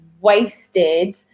wasted